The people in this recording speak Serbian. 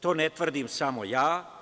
To ne tvrdim samo ja.